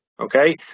okay